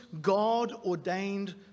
God-ordained